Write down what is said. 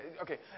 okay